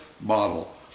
model